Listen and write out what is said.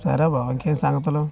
సరే బావ ఇంకేమి సంగతులు